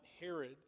Herod